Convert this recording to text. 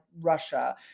Russia